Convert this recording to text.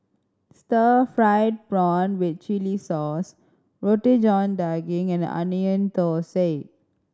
stir fried prawn with chili sauce Roti John Daging and Onion Thosai